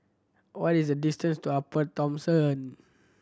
what is the distance to Upper Thomson